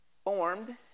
Formed